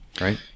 Right